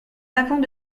avant